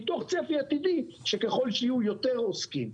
מתוך צפי עתידי שככל שיהיו יותר עוסקים,